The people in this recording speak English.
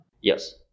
Yes